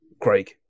Craig